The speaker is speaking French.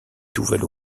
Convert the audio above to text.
tuvalu